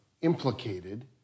implicated